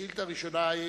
שאילתא ראשונה,